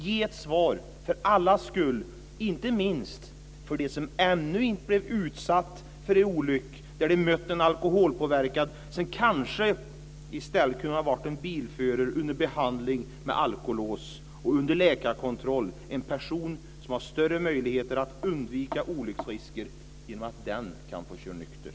Ge ett svar, för allas skull, inte minst för dem som ännu inte blivit utsatta för en olycka där de mött en alkoholpåverkad, som kanske i stället kunde ha varit en bilförare under behandling med alkolås och under läkarkontroll, en person som har större möjligheter att undvika olycksrisker genom att köra nykter.